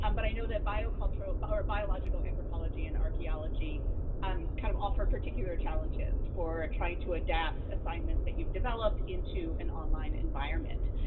um but i know that biocultural but or biological anthropology and archeology um kind of offer particular challenges for trying to adapt assignments that you've developed into an online environment.